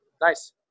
Nice